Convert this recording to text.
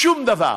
שום דבר.